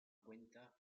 cuenta